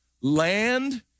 land